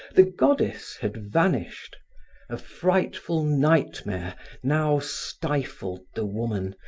the goddess had vanished a frightful nightmare now stifled the woman,